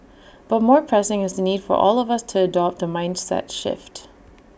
but more pressing is the need for all of us to adopt A mindset shift